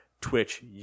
Twitch